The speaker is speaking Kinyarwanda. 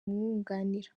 umwunganira